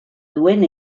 duen